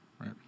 Right